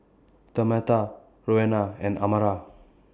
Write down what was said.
Tamatha Roena and Amara